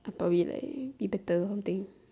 I'll probably like be better or something